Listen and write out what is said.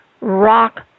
rock